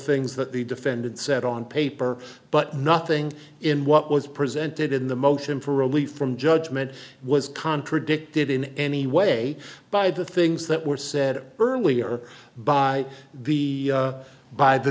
things that the defendant said on paper but nothing in what was presented in the motion for relief from judgment was contradicted in any way by the things that were said earlier by the by the